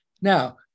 now